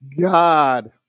God